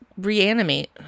reanimate